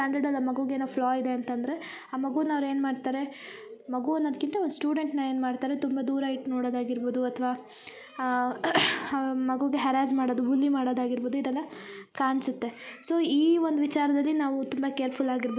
ಸ್ಟ್ಯಾಂಡರ್ಡಲ್ಲಿ ಆ ಮಗುಗ ಏನೊ ಫ್ಲಾ ಇದೆ ಅಂತಂದರೆ ಆ ಮಗುನ ಅವ್ರ ಏನು ಮಾಡ್ತಾರೆ ಮಗು ಅನ್ನೋದ್ಕಿಂತ ಒಂದು ಸ್ಟೂಡೆಂಟ್ನ ಏನು ಮಾಡ್ತಾರೆ ದೂರ ಇಟ್ಟು ನೋಡೋದಾಗಿರ್ಬೋದು ಅಥ್ವ ಮಗುಗೆ ಹರಾಜ್ ಮಾಡದು ಆಗಿರ್ಬೋದು ಮಾಡೋದು ಇದೆಲ್ಲ ಕಾಣ್ಸತ್ತೆ ಸೊ ಈ ಒಂದು ವಿಚಾರದಲ್ಲಿ ನಾವು ತುಂಬ ಕೇರ್ಫುಲ್ ಆಗಿರಬೇಕು